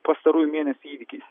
pastarųjų mėnesių įvykiais